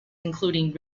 including